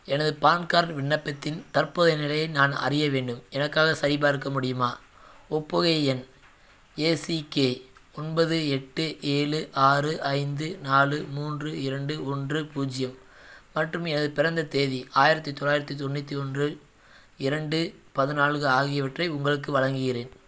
எனது PAN card விண்ணப்பத்தின் தற்போதைய நிலையை நான் அறிய வேண்டும் எனக்காக சரிபார்க்க முடியுமா ஒப்புகை எண் ஏசிகே ஒன்பது எட்டு ஏழு ஆறு ஐந்து நாலு மூன்று இரண்டு ஒன்று பூஜ்ஜியம் மற்றும் எனதுப் பிறந்தத் தேதி ஆயிரத்தி தொள்ளாயிரத்தி தொண்ணூற்றி ஒன்று இரண்டு பதினாங்கு ஆகியவற்றை உங்களுக்கு வழங்குகிறேன்